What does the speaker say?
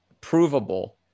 provable